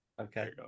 Okay